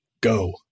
go